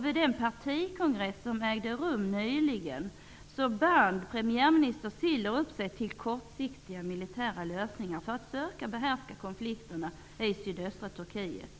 Vid den partikongress som ägde rum nyligen band premiärminister Ciller upp sig till kortsiktiga militära lösningar för att söka behärska konflikterna i sydöstra Turkiet.